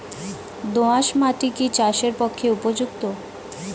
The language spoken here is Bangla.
দোআঁশ মাটি কি চাষের পক্ষে উপযুক্ত?